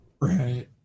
Right